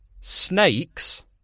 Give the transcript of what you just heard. Snakes